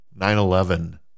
9-11